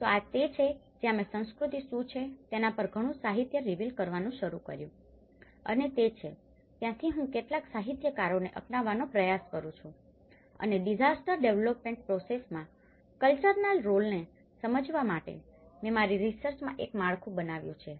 તો આ તે છે જ્યાં મેં સંસ્કૃતિ શું છે તેના પર ઘણું સાહિત્ય રીવીલ કરવાનું શરૂ કર્યું અને તે છે ત્યાંથી જ હું કેટલાક સાહિત્યકારોને અપનાવવાનો પ્રયાસ કરું છું અને ડીઝાસ્ટર ડેવલપમેન્ટ પ્રોસેસ માં કલ્ચર ના રોલને સમજવા માટેમેં મારી રીસર્ચ માં એક માળખું બનાવ્યું છે